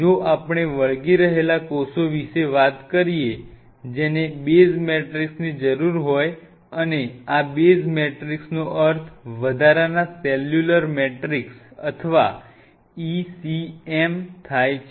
જો આપણે વળગી રહેલા કોષો વિશે વાત કરીએ જેને બેઝ મેટ્રિક્સની જરૂર હોય અને આ બેઝ મેટ્રિક્સનો અર્થ વધારાના સેલ્યુલર મેટ્રિક્સ અથવા ECM થાય છે